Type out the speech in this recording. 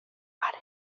pare